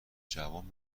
جوان